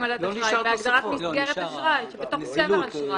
בהגדרת מסגרת אשראי שבתוך צבר אשראי.